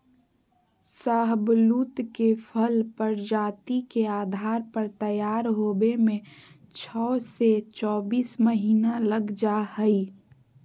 शाहबलूत के फल प्रजाति के आधार पर तैयार होवे में छो से चोबीस महीना लग जा हई